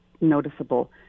noticeable